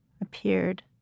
appeared